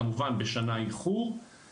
כמובן בשנה איחור,